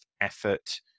effort